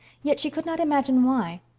yet she could not imagine why.